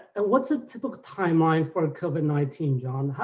and what's a typical timeline for covid nineteen, john?